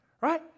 right